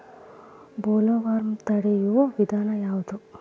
Bollworm ತಡಿಯು ವಿಧಾನ ಯಾವ್ದು?